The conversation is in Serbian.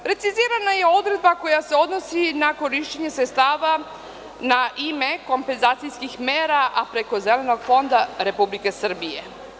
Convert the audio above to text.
Precizirana je odredba koja se odnosi na korišćenje sredstava na ime kompenzacijskih mera, a preko Zelenog fonda Republike Srbije.